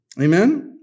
Amen